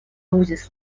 uzis